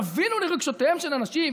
תבינו לרגשותיהם של אנשים.